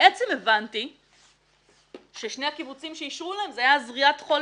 בעצם הבנתי ששני הקיבוצים שאישרו להם זה היה זריית חול